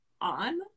on